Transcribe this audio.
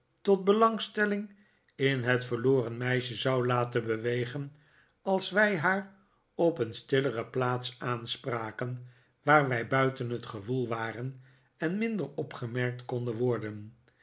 tot belangstelling in het verloren meisje zou laten bewegen als wij haar op een stillere plaats aanspraken waar wij buiten het gewoel waren en minder opgemerkt konden worden